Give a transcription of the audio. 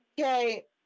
okay